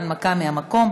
הנמקה מהמקום.